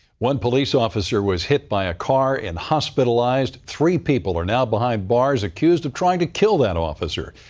one police officer was hit by a car and hospitalized. three people are now behind bars, accused of trying to kill that officer.